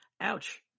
Ouch